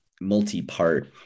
multi-part